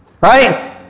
Right